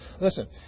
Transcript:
Listen